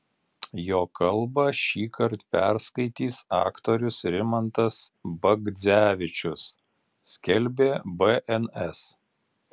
jo kalbą šįkart perskaitys aktorius rimantas bagdzevičius skelbė bns